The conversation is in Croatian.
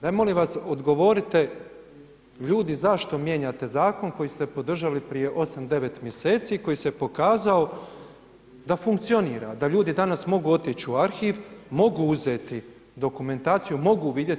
Dajte molim vas odgovorite ljudi zašto mijenjate zakon koji ste podržali prije 8, 9 mjeseci i koji se pokazao da funkcionira, da ljudi danas mogu otići u arhiv, mogu uzeti dokumentaciju, mogu vidjeti?